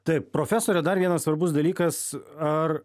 taip profesore dar vienas svarbus dalykas ar